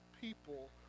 people